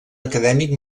acadèmic